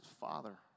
father